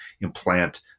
implant